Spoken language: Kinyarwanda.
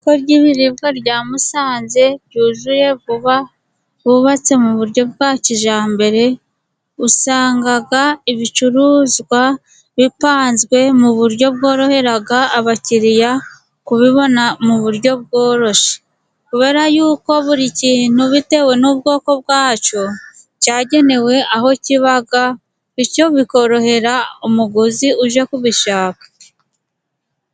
Isoko ry'ibiribwa rya Musanze ryuzuye vuba bubatse mu buryo bwa kijyambere usanga ibicuruzwa bipanzwe mu buryo bworohera abakiriya kubibona mu buryo bworoshye. Kubera ko buri kintu bitewe n'ubwoko bwacyo cyagenewe aho kiba bityo bikorohera umuguzi uje kubishaka.